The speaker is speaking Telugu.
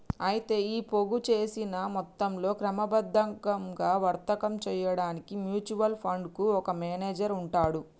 అయితే ఈ పోగు చేసిన మొత్తంతో క్రమబద్ధంగా వర్తకం చేయడానికి మ్యూచువల్ ఫండ్ కు ఒక మేనేజర్ ఉంటాడు